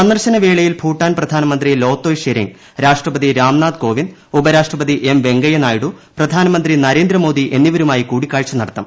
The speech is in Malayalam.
സന്ദർശനവേളയിൽ ഭൂട്ടാൻ പ്രധാനമന്ത്രി ലോത്തേ യ് ഷെരിംഗ് രാഷ്ട്രപതി രാംനാഥ് കോവിന്ദ് ഉപരാഷ്ട്രപതി എം വെങ്കയ്യ നായിഡു പ്രധാനമന്ത്രി നരേന്ദ്രമോദി എന്നിവരുമായി കൂടിക്കാഴ്ച നടത്തും